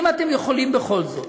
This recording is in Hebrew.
אם אתם יכולים בכל זאת